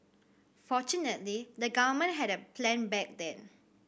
fortunately the government had a plan back then